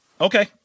Okay